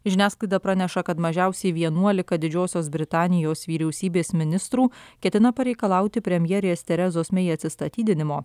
žiniasklaida praneša kad mažiausiai vienuolika didžiosios britanijos vyriausybės ministrų ketina pareikalauti premjerės terezos mei atsistatydinimo